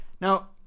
Now